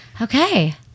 okay